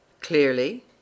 clearly